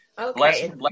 okay